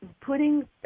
putting